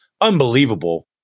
unbelievable